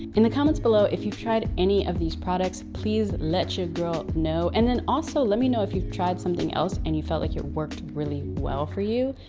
in the comments below, if you've tried any of these products, please let your girl know. and then also let me know if you've tried something else and you felt like it worked really well for you.